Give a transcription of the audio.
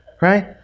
Right